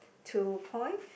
two point